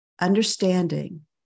understanding